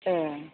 ए